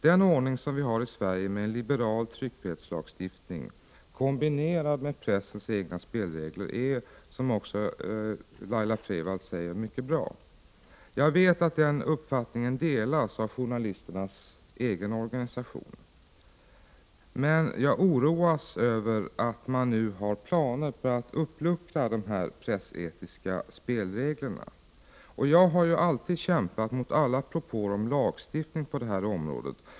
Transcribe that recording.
Den ordning som vi har i Sverige med en liberal tryckfrihetslagstiftning kombinerad med pressens egna spelregler är, som också Laila Freivalds säger, mycket bra. Jag vet att den uppfattningen delas av journalisternas egen organisation. Men jag oroas över att man nu har planer på att uppluckra de pressetiska spelreglerna. Hittills har jag bestämt kämpat mot alla propåer om lagstiftning på det här området.